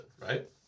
right